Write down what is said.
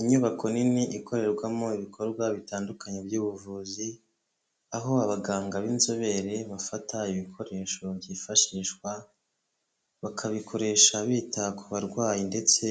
Inyubako nini ikorerwamo ibikorwa bitandukanye by'ubuvuzi aho abaganga b'inzobere bafata ibikoresho byifashishwa bakabikoresha bita ku barwayi ndetse